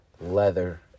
leather